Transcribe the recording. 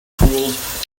tools